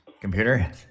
Computer